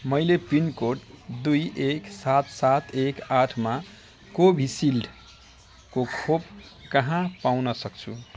मैले पिनकोड दुई एक सात सात एक आठमा कोभिसिल्डको खोप कहाँ पाउनसक्छु